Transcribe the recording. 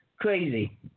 crazy